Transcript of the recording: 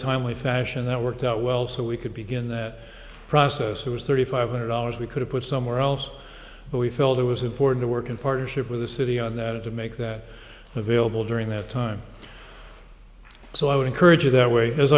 timely fashion that worked out well so we could begin that process it was thirty five hundred dollars we could have put somewhere else but we felt it was important to work in partnership with the city on that to make that available during that time so i would encourage you that way as